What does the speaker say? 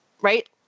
right